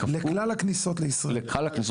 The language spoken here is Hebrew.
לכלל הכניסות לישראל?